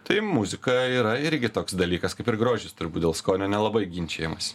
tai muzika yra irgi toks dalykas kaip ir grožis turbūt dėl skonio nelabai ginčijamasi